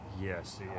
yes